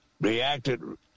reacted